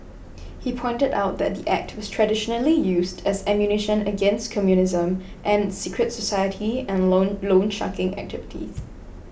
he pointed out that the Act was traditionally used as ammunition against communism and secret society and loan loansharking activities